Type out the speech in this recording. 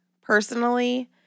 personally